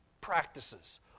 practices